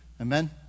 Amen